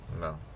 No